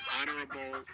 Honorable